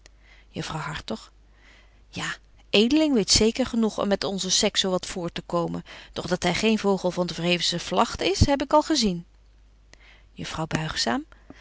ja edeling weet zeker genoeg om met onze sex zo wat voort te komen doch dat hy geen vogel van de verhevenste vlagt is heb ik al gezien